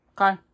Okay